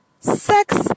sex